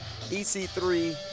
EC3